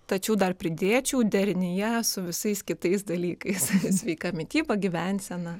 tačiau dar pridėčiau derinyje su visais kitais dalykais sveika mityba gyvensena